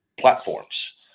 platforms